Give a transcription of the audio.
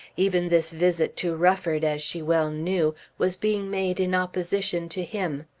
even this visit to rufford, as she well knew, was being made in opposition to him.